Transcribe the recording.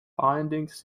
findings